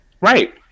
Right